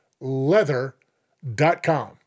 leather.com